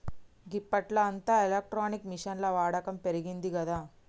గిప్పట్ల అంతా ఎలక్ట్రానిక్ మిషిన్ల వాడకం పెరిగిందిగదా